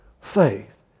faith